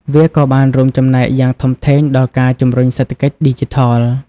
វាក៏បានរួមចំណែកយ៉ាងធំធេងដល់ការជំរុញសេដ្ឋកិច្ចឌីជីថល។